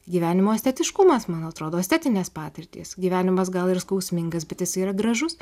gyvenimo estetiškumas man atrodo estetinės patirtys gyvenimas gal ir skausmingas bet jis yra gražus